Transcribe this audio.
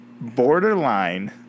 borderline